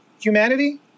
humanity